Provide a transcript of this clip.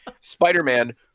Spider-Man